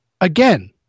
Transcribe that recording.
Again